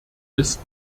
ist